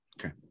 Okay